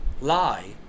lie